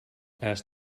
asked